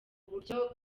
buryo